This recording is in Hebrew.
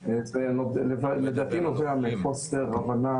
לדעתי זה נובע מחוסר הבנה